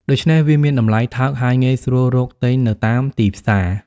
ដូច្នេះវាមានតម្លៃថោក ហើយងាយស្រួលរកទិញនៅតាមទីផ្សារ។